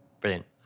Brilliant